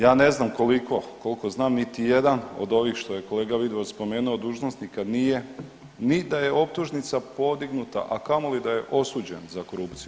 Ja ne znam koliko, koliko znam niti jedan od ovih što je kolega Vidović spomenuo dužnosnika nije ni da je optužnica podignuta, a kamoli da je osuđen za korupciju.